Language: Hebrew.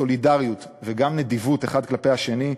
סולידריות וגם נדיבות אחד כלפי השני,